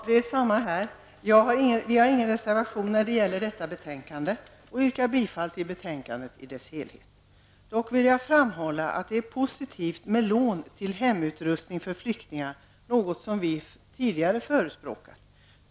Herr talman! Inte heller i detta ärende har vi avgett någon reservation, varför jag yrkar bifall till betänkandet i dess helhet. Jag vill dock framhålla att det är positivt med lån till hemutrustning för flyktingar, något som vi också tidigare har förespråkat.